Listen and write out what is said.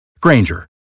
Granger